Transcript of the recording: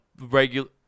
regular